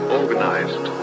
organized